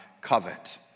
covet